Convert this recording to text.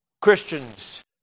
Christians